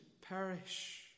perish